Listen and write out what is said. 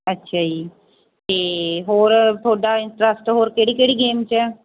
ਅੱਛਾ ਜੀ ਅਤੇ ਹੋਰ ਤੁਹਾਡਾ ਇੰਟਰਸਟ ਹੋਰ ਕਿਹੜੀ ਕਿਹੜੀ ਗੇਮ 'ਚ ਆ